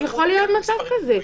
יכול להיות מצב כזה.